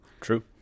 True